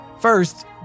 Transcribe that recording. First